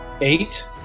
Eight